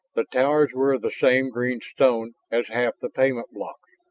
the towers were of the same green stone as half the pavement blocks,